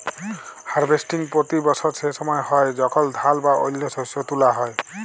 harvesting পতি বসর সে সময় হ্যয় যখল ধাল বা অল্য শস্য তুলা হ্যয়